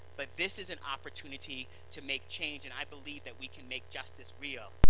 but this is an opportunity to make change, and i believe that we can make justice real,